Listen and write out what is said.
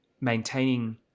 maintaining